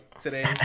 today